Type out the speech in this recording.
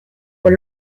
por